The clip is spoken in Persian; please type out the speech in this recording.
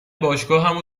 باشگاهمو